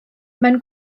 mewn